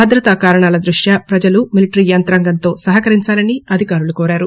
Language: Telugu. భద్రతా కారణాల దృష్ఠ్యా ప్రజలు మిలటరీ యంత్రాంగంతో సహకరించాలని అధికారులు కోరారు